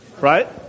Right